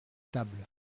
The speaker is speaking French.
table